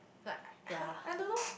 like !huh! I don't know